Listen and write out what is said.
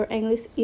English